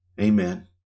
Amen